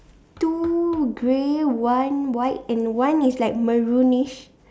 two grey one white and one is like maroonish